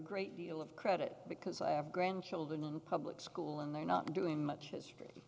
great deal of credit because i have grandchildren in public school and they're not doing much